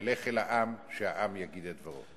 נלך אל העם, שהעם יגיד את דברו.